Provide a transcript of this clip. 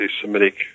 Semitic